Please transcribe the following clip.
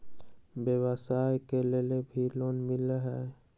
व्यवसाय के लेल भी लोन मिलहई?